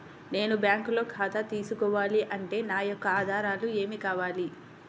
నేను బ్యాంకులో ఖాతా తీసుకోవాలి అంటే నా యొక్క ఆధారాలు ఏమి కావాలి?